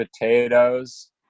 potatoes